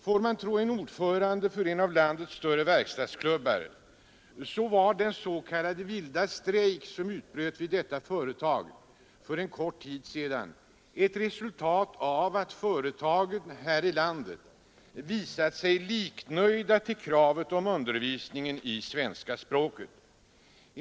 Får man tro en ordförande för en av landets större verkstadsklubbar så var den s.k. vilda strejk som utbröt vid detta företag för kort tid sedan ett resultat av att företagen här i landet visat sig liknöjda till kravet om undervisning i svenska språket.